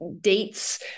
dates